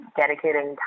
dedicating